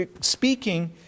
speaking